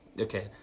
Okay